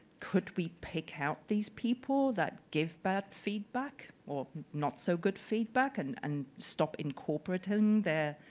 could we pick out these people that give bad feedback or not so good feedback and and stop incorporating their